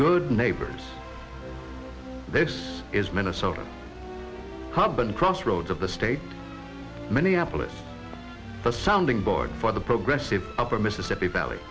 good neighbors this is minnesota company crossroads of the state minneapolis a sounding board for the progressive upper mississippi valley